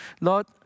Lord